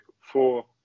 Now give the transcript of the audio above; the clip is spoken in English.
four